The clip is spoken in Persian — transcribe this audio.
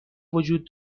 وجود